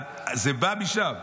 זה בא משם.